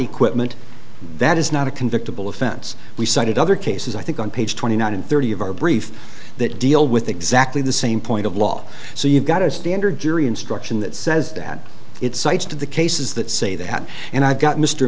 equipment that is not a convicted bill offense we cited other cases i think on page twenty nine and thirty of our brief that deal with exactly the same point of law so you've got a standard jury instruction that says that it cites to the cases that say that and i've got